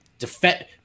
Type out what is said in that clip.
Defend